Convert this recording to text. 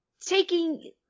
taking